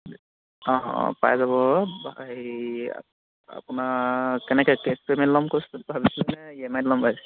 অঁ অঁ পাই যাব হেৰি আপোনাৰ কেনেকৈ কেছ পেমেণ্ট ল'ম কৈছে ভাবিছেনে ই এম আইত ল'ম ভাবিছে